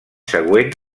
següent